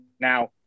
Now